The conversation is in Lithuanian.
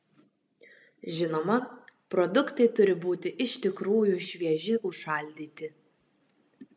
žinoma produktai turi būti iš tikrųjų švieži užšaldyti